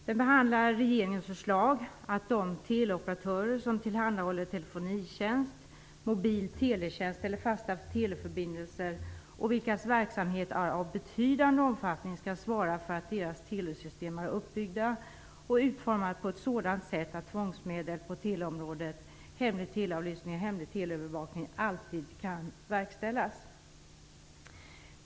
Det behandlar regeringens förslag att de teleoperatörer som tillhandahåller telefonitjänst, mobil teletjänst eller fasta teleförbindelser, och vilkas verksamhet är av betydande omfattning, skall svara för att deras telesystem är uppbyggda och utformade på ett sådant sätt att tvångsmedel på teleområdet, hemlig teleavlyssning och hemlig teleövervakning, kan verkställas.